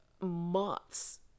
months